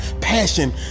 passion